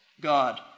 God